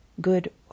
good